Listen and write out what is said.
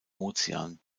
ozean